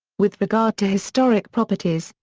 with regard to historic properties,